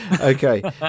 Okay